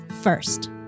first